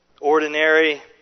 Ordinary